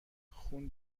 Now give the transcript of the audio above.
خون